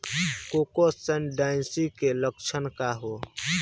Coccidiosis के लक्षण का ह?